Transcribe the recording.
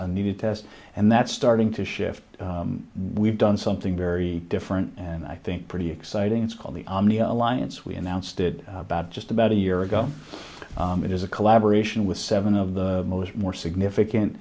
to test and that's starting to shift we've done something very different and i think pretty exciting it's called the omni alliance we announced it about just about a year ago it is a collaboration with seven of the most more significant